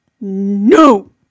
No